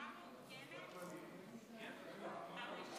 חברות וחברי הכנסת, הממשלה המנופחת ובעלת הממדים